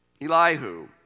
Elihu